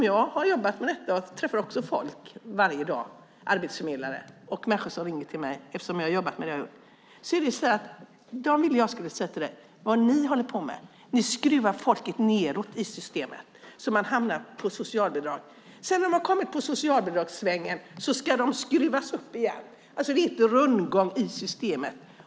Jag träffar också arbetsförmedlare varje dag, och människor ringer till mig, eftersom jag jobbar med det här. De ville att jag skulle säga till dig: Vad ni håller på med är att ni skruvar folket nedåt i systemet så att man hamnar i socialbidrag. När man sedan hamnar i socialbidragssvängen ska man skruvas upp igen. Det är en rundgång i systemet.